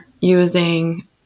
using